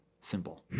Simple